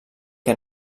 que